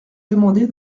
demander